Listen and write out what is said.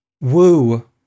woo